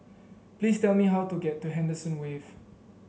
please tell me how to get to Henderson Wave